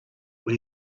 when